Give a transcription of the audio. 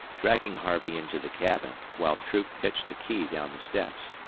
dragging harvey into the cabin, while troop pitched a key down the steps.